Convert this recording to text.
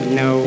no